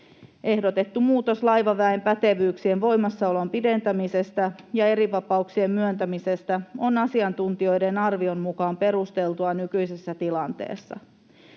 Ehdotettu muutos laivaväen pätevyyksien voimassaolon pidentämisestä ja erivapauksien myöntämisestä on asiantuntijoiden arvion mukaan perusteltua nykyisessä tilanteessa.